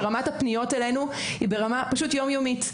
שרמת הפניות אלינו היא ברמה יום יומית.